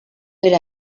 era